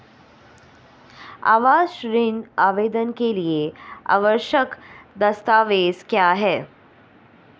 आवास ऋण आवेदन के लिए आवश्यक दस्तावेज़ क्या हैं?